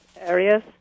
areas